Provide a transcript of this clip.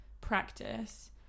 practice